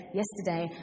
yesterday